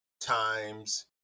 times